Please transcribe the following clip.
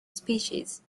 species